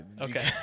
Okay